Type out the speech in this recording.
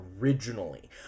originally